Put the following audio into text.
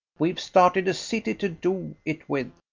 we've started a city to do it with.